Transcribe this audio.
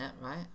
right